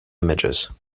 images